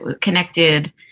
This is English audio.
connected